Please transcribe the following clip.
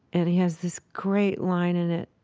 and he has this great line in it.